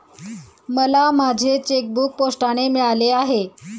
मला माझे चेकबूक पोस्टाने मिळाले आहे